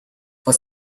for